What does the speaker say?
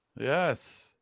Yes